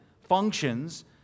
functions